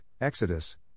Exodus